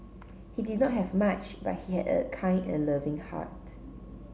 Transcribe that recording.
he did not have much but he had a kind and loving heart